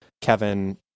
Kevin